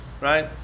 right